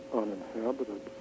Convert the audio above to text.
uninhabited